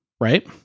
right